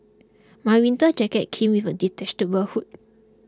my winter jacket came with a detachable hood